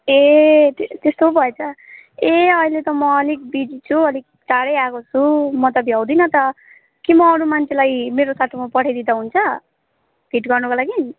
ए ते त्यस्तो पो भएछ ए अहिले त म अलिक बिजी छु अलिक टाडै आएको छु म त भ्याउदिनँ त कि म अरू मान्छेलाई मेरो साटोमा पठाइदिँदा हुन्छ फिट गर्नुको लागि